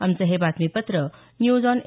आमचं हे बातमीपत्र न्यूज ऑन ए